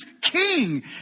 king